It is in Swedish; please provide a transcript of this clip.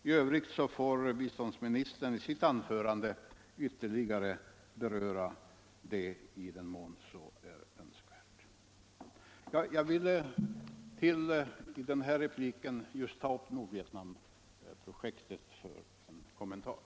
I övrigt får biståndsministern i sitt anförande ytterligare beröra detta i den mån så är önskvärt. Jag har i denna min replik bara velat göra en kommentar till Nordvietnamprojektet.